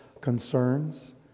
concerns